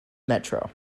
metro